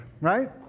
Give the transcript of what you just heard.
right